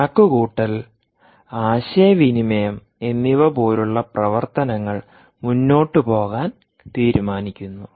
കണക്കുകൂട്ടൽ ആശയവിനിമയം എന്നിവ പോലുള്ള പ്രവർത്തനങ്ങൾ മുന്നോട്ട് പോകാൻ തീരുമാനിക്കുന്നു